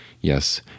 Yes